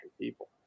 people